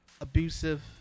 abusive